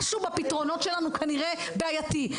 משהו בפתרונות שלנו כנראה בעייתי.